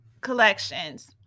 Collections